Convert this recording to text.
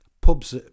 pubs